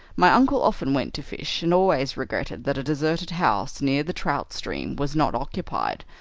my uncle often went to fish, and always regretted that a deserted house near the trout stream was not occupied,